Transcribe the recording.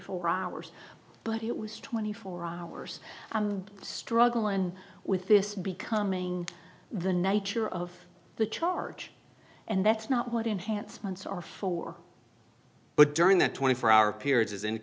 four hours but it was twenty four hours i'm struggling with this becoming the nature of the charge and that's not what enhanced ones are for but during that twenty four hour period a